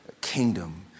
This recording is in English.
kingdom